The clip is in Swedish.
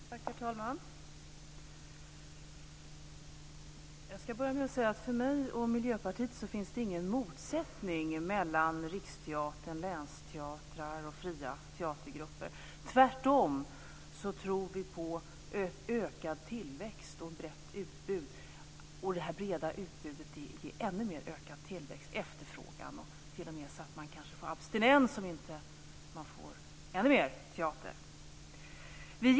Herr talman! Jag ska börja med att säga att för mig och Miljöpartiet finns det ingen motsättning mellan Riksteatern, länsteatrarna och de fria teatergrupperna. Tvärtom tror vi på ökad tillväxt och ett brett utbud, och det breda utbudet ger ännu mer ökad tillväxt och efterfrågan. Man kanske t.o.m. får abstinens om man inte får ännu mer teater.